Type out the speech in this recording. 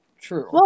True